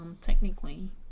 technically